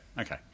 okay